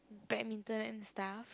badminton and stuff